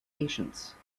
patience